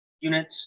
units